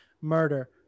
murder